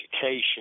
education